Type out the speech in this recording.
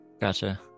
gotcha